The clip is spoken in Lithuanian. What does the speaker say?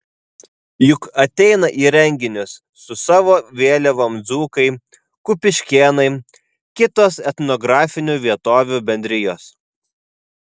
juk ateina į renginius su savo vėliavom dzūkai kupiškėnai kitos etnografinių vietovių bendrijos